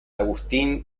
agustín